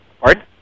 pardon